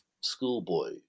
schoolboy